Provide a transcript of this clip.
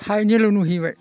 थाइनैल' नुहैबाय